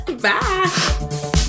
Bye